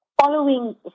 following